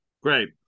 Great